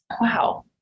wow